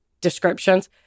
descriptions